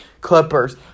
Clippers